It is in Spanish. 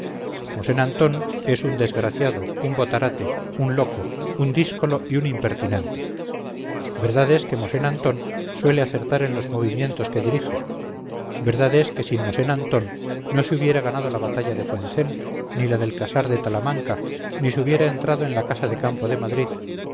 mosén antón es un desgraciado un botarate un loco un díscolo y un impertinente verdad es que mosén antón suele acertar en los movimientos que dirige verdad es que sin mosén antón no se hubiera ganado la batalla de fuentecén ni la del casar de talamanca ni se hubiera entrado en la casa de campo de madrid